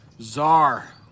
Czar